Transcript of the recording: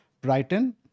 Brighton